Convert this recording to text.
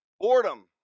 boredom